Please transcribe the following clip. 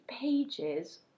pages